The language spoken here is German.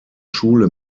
schule